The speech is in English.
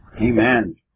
Amen